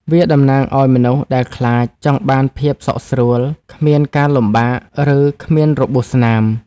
វាតំណាងឲ្យមនុស្សដែលខ្លាច ចង់បានភាពសុខស្រួល គ្មានការលំបាក ឬ គ្មានរបួសស្នាម។